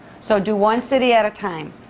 so do one city at a time,